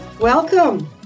Welcome